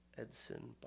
Edson